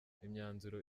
imyanzuro